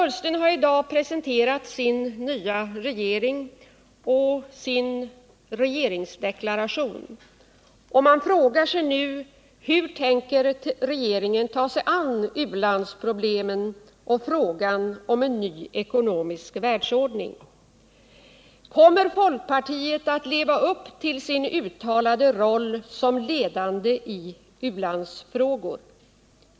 Ola Ullsten har i dag presenterat sin nya regering och sin regeringsdeklaration, och man frågar sig nu: Hur tänker regeringen ta sig an ulandsproblemen och frågan om en ny ekonomisk världsordning? Kommer folkpartiet att leva upp till sin uttalade roll som ledande i u-landsfrågor?